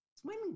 swimming